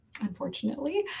unfortunately